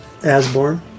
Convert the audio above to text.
Asborn